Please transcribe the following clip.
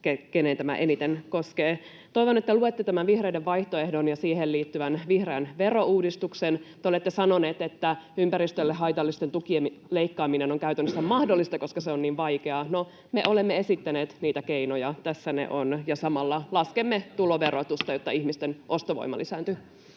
keihin tämä eniten koskee. Toivon, että luette tämän vihreiden vaihtoehdon ja siihen liittyvän vihreän verouudistuksen. Te olette sanonut, että ympäristölle haitallisten tukien leikkaaminen on käytännössä mahdotonta, koska se on niin vaikeaa. No, me olemme esittäneet niitä keinoja. Tässä ne ovat. Samalla laskemme tuloverotusta, jotta ihmisten ostovoima lisääntyy.